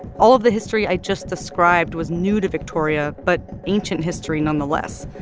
all of the history i just described was new to victoria but ancient history nonetheless.